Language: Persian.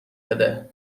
بده